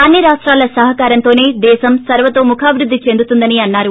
అన్ని రాష్టాల సహకారంతోసే దేశం సర్వతోముఖాభివృద్ది చెందుతుందని అన్నారు